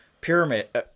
pyramid